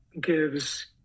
gives